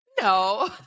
No